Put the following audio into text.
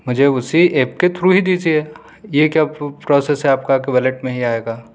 مجھے اسی ایپ کے تھرو ہی دیجئے یہ کیا پروسیز ہے آپ کا کہ ولیٹ میں ہی آئے گا